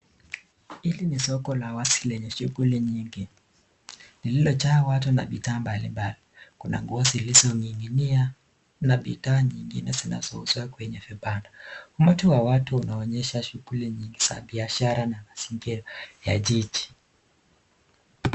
Hili ni soko la wazi lenye shughuli nyingi lililojaa watu na bidhaa mbalimbali, kuna nguo zilizoning'inia na bidha nyingine zinazouzwa kwenye vibanda, umati wa watu unaonyesha shughuli nyingi za biashara na mazingira ya jiji.